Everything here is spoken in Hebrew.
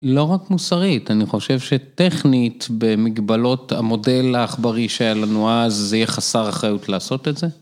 לא רק מוסרית, אני חושב שטכנית במגבלות המודל העכברי שהיה לנו אז זה יהיה חסר אחריות לעשות את זה.